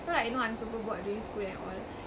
so like you know I'm super bored during school and all